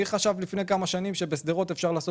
מי חשב לפני כמה שנים שבשדרות אפשר לעשות